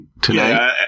today